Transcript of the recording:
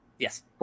Yes